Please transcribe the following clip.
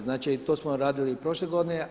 Znači to smo radili prošle godine.